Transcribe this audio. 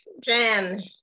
Jan